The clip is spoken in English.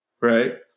right